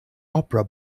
opera